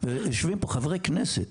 יושבים פה חברי כנסת